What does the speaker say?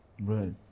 Right